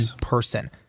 person